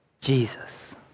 Jesus